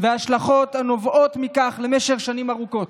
וההשלכות הנובעות מכך למשך שנים ארוכות.